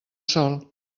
sol